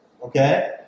okay